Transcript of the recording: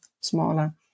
smaller